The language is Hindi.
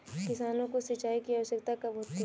किसानों को सिंचाई की आवश्यकता कब होती है?